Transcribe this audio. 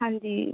ਹਾਂਜੀ